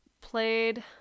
played